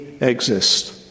exist